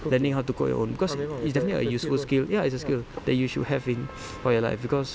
learning how to cook on your own because it's definitely a useful skill ya it's a skill that you should have in for your life because